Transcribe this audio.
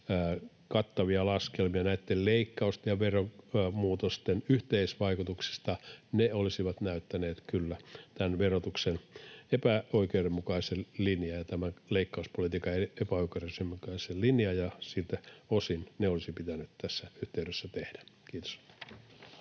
kattavia laskelmia näitten leikkausten ja veromuutosten yhteisvaikutuksista. Ne olisivat näyttäneet kyllä tämän verotuksen epäoikeudenmukaisen linjan ja tämän leikkauspolitiikan epäoikeudenmukaisen linjan, ja siltä osin ne olisi pitänyt tässä yhteydessä tehdä. — Kiitos.